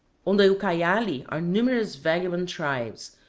on the ucayali are numerous vagabond tribes,